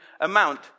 amount